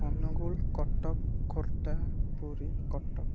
Angul Cuttack Khordha Puri Cuttack